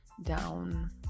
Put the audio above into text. down